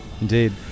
Indeed